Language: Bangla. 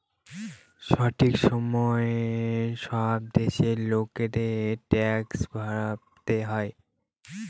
সঠিক সময়ে সব দেশের লোকেদের ট্যাক্স ভরতে হয়